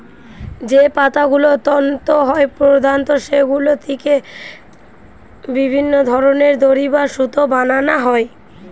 যে পাতাগুলো তন্তু হয় প্রধানত সেগুলো থিকে বিভিন্ন ধরনের দড়ি বা সুতো বানানা হয়